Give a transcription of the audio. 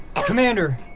commander!